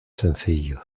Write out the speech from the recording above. sencillo